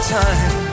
time